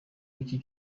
w’iki